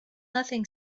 nothing